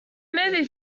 movie